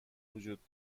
وجود